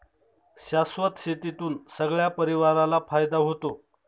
शाश्वत शेतीतून सगळ्या परिवाराला फायदा होतो